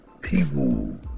People